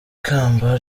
ikamba